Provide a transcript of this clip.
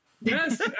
Yes